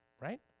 right